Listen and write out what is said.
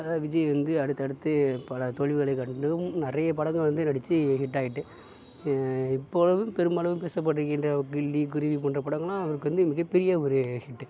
அதுதான் விஜய் வந்து அடுத்தடுத்து பல தோல்விகளை கண்டும் நிறைய படங்கள் வந்து நடித்து ஹிட் ஆயிட்டு இப்பொழுதும் பெருமளவு பேசப்படுகின்ற கில்லி குருவி போன்ற படங்கள்லாம் அவருக்கு வந்து மிகப்பெரிய ஒரு ஹிட்டு